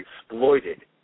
exploited